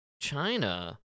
China